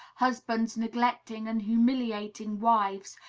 husbands neglecting and humiliating wives,